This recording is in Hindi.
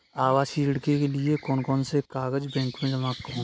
आवासीय ऋण के लिए कौन कौन से कागज बैंक में जमा होंगे?